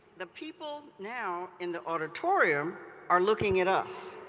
the people now in the auditorium are looking at us.